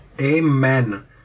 Amen